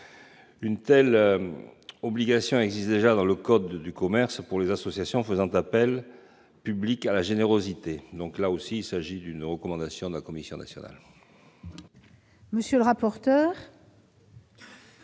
Une telle obligation existe déjà dans le code de commerce pour les associations faisant appel public à la générosité. Là encore, il s'agit d'une recommandation de la Commission nationale